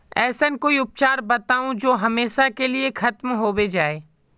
ऐसन कोई उपचार बताऊं जो हमेशा के लिए खत्म होबे जाए?